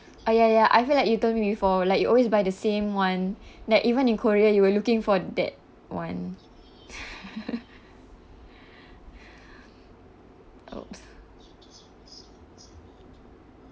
ah ya ya I feel like you told me before like you always buy the same [one] like even in korea you were looking for that one !oops!